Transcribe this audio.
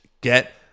get